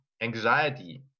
anxiety